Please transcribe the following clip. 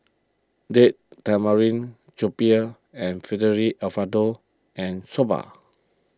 Date Tamarind and Fettuccine Alfredo and Soba